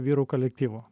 vyrų kolektyvo